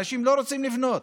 אנשים לא רוצים לבנות,